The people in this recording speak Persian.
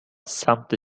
سمت